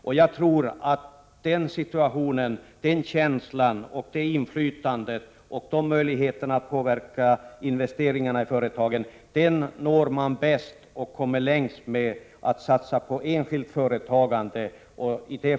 De bästa möjligheterna att åstadkomma detta och att gynnsamt påverka företagens investeringar får vi genom att satsa på enskilt företagande.